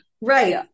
Right